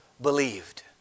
believed